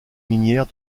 minière